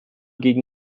gegen